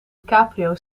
caprio